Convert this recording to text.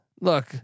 look